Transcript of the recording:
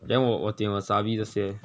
then 我我点 wasabi 这些